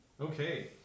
Okay